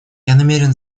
намерен